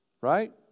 Right